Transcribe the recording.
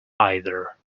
either